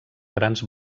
grans